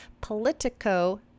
Politico